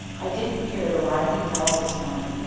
i didn't hear the rising bell this morning,